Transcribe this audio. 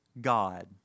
God